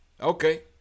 Okay